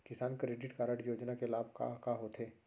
किसान credit card योजना के लाभ का का होथे?